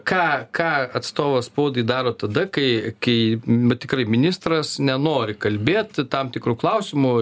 ką ką atstovas spaudai daro tada kai kai bet tikrai ministras nenori kalbėt tam tikru klausimu